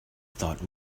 thought